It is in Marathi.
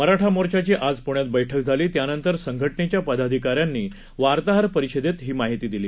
मराठामोर्चाचीआजपण्यातबैठकझाली त्यानंतरसंघटनेच्यापदाधिकाऱ्यांनीवार्ताहरपरिषदेतहीमाहितीदिली